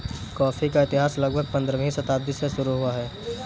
coffee का इतिहास लगभग पंद्रहवीं शताब्दी से शुरू हुआ है